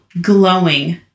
glowing